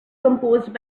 composed